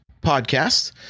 Podcast